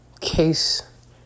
case